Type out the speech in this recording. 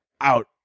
out